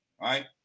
right